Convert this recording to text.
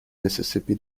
mississippi